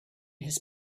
his